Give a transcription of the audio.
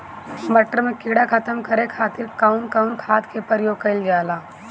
मटर में कीड़ा खत्म करे खातीर कउन कउन खाद के प्रयोग कईल जाला?